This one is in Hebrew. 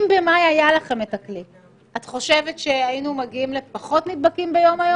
האם את חושבת שהיינו מגיעים לפחות נדבקים היום,